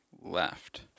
left